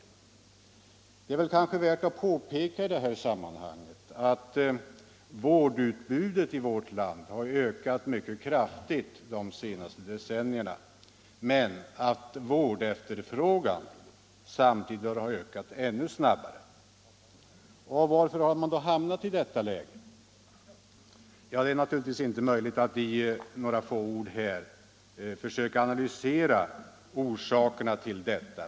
Torsdagen den Det är kanske värt att påpeka i det här sammanhanget att vårdutbudet 22 maj 1975 i vårt land har ökat mycket kraftigt de senaste decennierna, men att vårdefterfrågan samtidigt har ökat ännu snabbare. Utbyggnad av Varför har vi då hamnat i detta läge? Det är naturligtvis inte möjligt — hälsooch sjukvård, att i några få ord försöka analysera orsakerna.